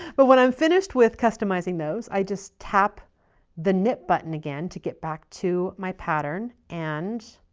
but when i'm finished with customizing those, i just tap the knit button again to get back to my pattern. and